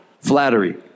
Flattery